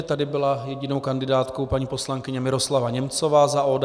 Tady byla jedinou kandidátkou paní poslankyně Miroslava Němcová za ODS.